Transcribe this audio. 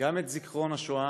גם את זיכרון השואה